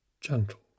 Gentle